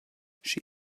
she